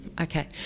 Okay